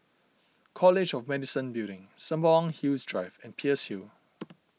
College of Medicine Building Sembawang Hills Drive and Peirce Hill